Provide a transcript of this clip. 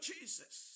Jesus